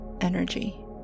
energy